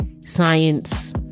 science